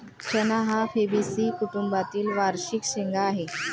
चणा हा फैबेसी कुटुंबातील वार्षिक शेंगा आहे